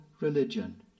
religion